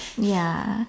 ya